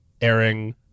airing